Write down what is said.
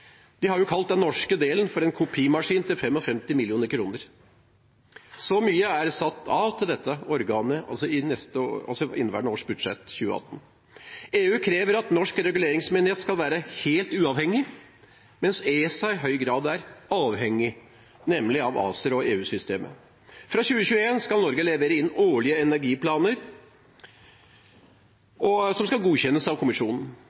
De har kalt den norske delen en kopimaskin til 55 mill. kr. Så mye er satt av til dette organet i inneværende års budsjett, 2018-budsjettet. EU krever at norsk reguleringsmyndighet skal være helt uavhengig, mens ESA i høy grad er avhengig, nemlig av ACER og EU-systemet. Fra 2021 skal Norge levere inn årlige energiplaner som skal godkjennes av kommisjonen.